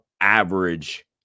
average